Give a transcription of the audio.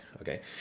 Okay